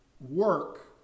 work